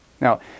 now